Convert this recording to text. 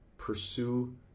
pursue